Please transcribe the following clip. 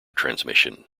transmission